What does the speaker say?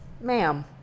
ma'am